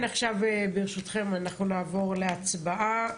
עכשיו, ברשותכם, אנחנו נעבור להצבעה.